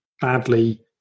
badly